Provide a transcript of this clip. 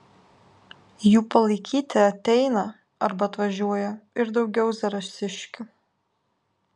jų palaikyti ateina arba atvažiuoja ir daugiau zarasiškių